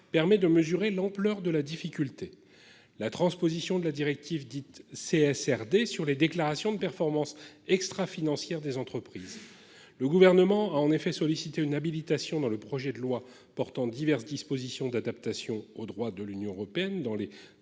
permet de mesurer l'ampleur de la difficulté. La transposition de la directive dite CSR des sur les déclarations de performance extra-financière des entreprises. Le gouvernement a en effet sollicité une habilitation dans le projet de loi portant diverses dispositions d'adaptation au droit de l'Union européenne